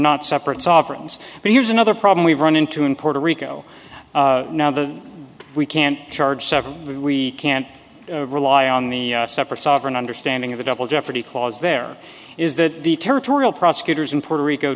not separate sovereigns but here's another problem we've run into in puerto rico now that we can't charge seven we can't rely on the separate sovereign understanding of the double jeopardy clause there is that the territorial prosecutors in puerto rico